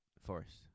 Forest